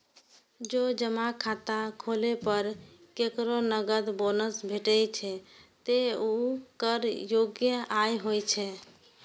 जौं जमा खाता खोलै पर केकरो नकद बोनस भेटै छै, ते ऊ कर योग्य आय होइ छै